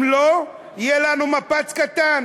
אם לא, יהיה לנו מפץ קטן.